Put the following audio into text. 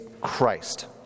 Christ